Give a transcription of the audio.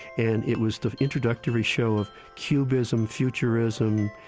and it was the introductory show of cubism, futurism,